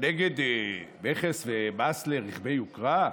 אתה נגד מכס ומס לרכבי יוקרה?